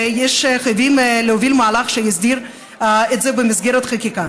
וחייבים להוביל מהלך שיסדיר את זה במסגרת חקיקה.